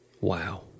Wow